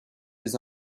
les